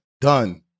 Done